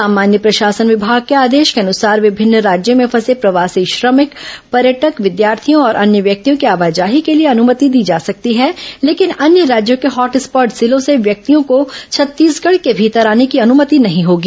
सामान्य प्रशासन विभाग के आदेश के अनुसार विभिन्न राज्यों में फंसे प्रवासी श्रमिक पर्यटकों विद्यार्थियों और अन्य व्यक्तियों की आवाजाही के लिए अनुमति दी जा सकती है लेकिन अन्य राज्यों के हॉट स्पॉट जिलों से व्यक्तियों को छत्तीसगढ़ के भीतर आने की अनुमति नहीं होगी